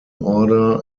order